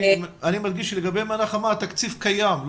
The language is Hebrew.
לגבי המנה חמה התקציב קיים,